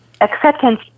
acceptance